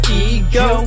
ego